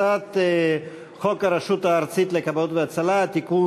הצעת חוק הרשות הארצית לכבאות והצלה (תיקון,